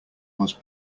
was